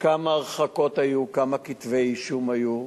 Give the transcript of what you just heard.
כמה הרחקות היו, כמה כתבי אישום היו.